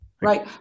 Right